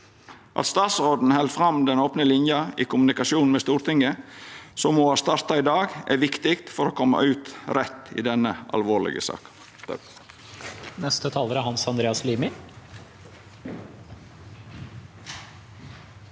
At statsråden held fram den opne linja i kommunikasjonen med Stortinget som ho har starta i dag, er viktig for å koma ut rett i denne alvorlege saka.